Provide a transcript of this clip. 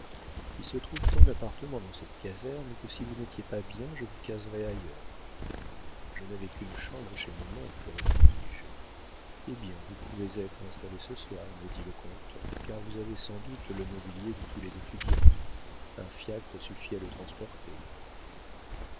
il se trouve tant d'appartements dans cette caserne que si vous n'étiez pas bien je vous caserais ailleurs je n'avais qu'une chambre chez mon oncle répondis-je eh bien vous pouvez être installé ce soir me dit le comte car vous avez sans doute le mobilier de tous les étudiants un fiacre suffit à le transporter